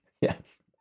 Yes